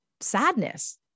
sadness